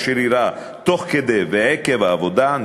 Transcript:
אשר אירעה תוך כדי ועקב העבודה,